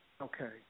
Okay